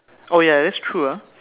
oh ya that's true ah